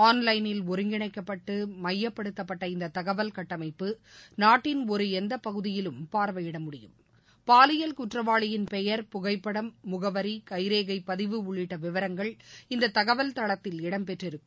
on லைனில் ஒருங்கிணைப்பட்டு மையப்படுத்தப்பட்ட இந்த தகவல் கட்டமைப்பு நாட்டின் எந்த ஒரு பகுதியிலும் பார்வையிடமுடியும் பாலியல் குற்றவாளியின் பெயர் புகைப்படம் முகவரி கைரேகைப்பதிவு உள்ளிட்ட விவரங்கள் இந்த தகவல் தளத்தில் இடம் பெற்றிருக்கும்